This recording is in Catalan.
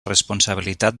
responsabilitat